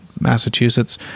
Massachusetts